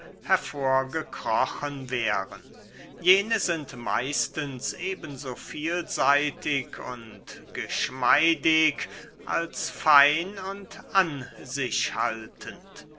hervorgekrochen wären jene sind meistens eben so vielseitig und geschmeidig als fein und an sich haltend